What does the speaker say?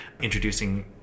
introducing